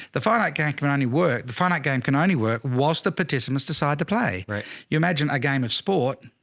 the finite game can only work. the finite game can only work whilst the participants decide to play. right? you imagine a game of sport,